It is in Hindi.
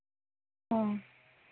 हाँ